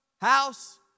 house